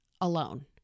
alone